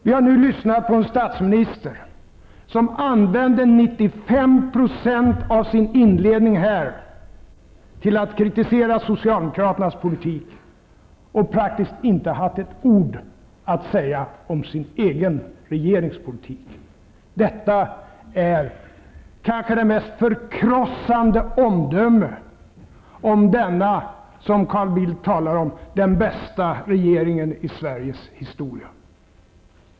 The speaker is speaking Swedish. Vi har nu lyssnat på en statsminister som använt 95 % av sin inledning till att kritisera socialdemokraternas politik och praktiskt taget inte haft ett ord att säga om sin egen regerings politik. Detta är kanske det mest förkrossande omdömet om denna regering, som Carl Bildt talar om som den bästa regeringen i Sveriges historia.